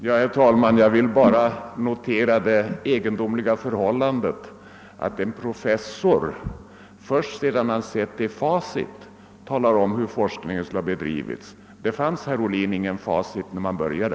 Herr talman! Jag vill bara notera det egendomliga förhållandet att en profes sor först sedan han sett i facit talar om hur forskningen skulle ha bedrivits. Det fanns, herr Ohlin, ingen facit när man började.